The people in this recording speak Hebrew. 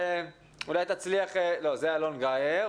ואחר כך נדבר עם פרופסור גיא הרפז,